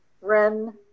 ren